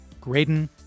Graydon